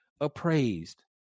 appraised